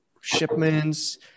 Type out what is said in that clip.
shipments